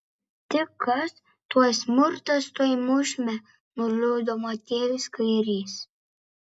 tik kas tuoj smurtas tuoj mušime nuliūdo motiejus kairys